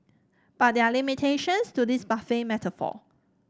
but there are limitations to this buffet metaphor